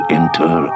enter